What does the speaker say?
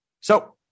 So-